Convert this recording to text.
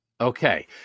Okay